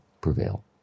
prevail